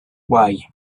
why